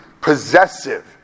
possessive